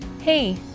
Hey